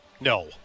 No